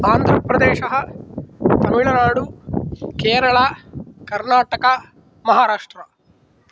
आन्ध्रप्रदेशः तमिल्नाड़ु केरला कर्णाटकः महाराष्ट्रः